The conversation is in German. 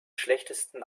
schlechtesten